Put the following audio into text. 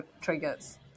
triggers